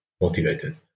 motivated